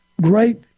Great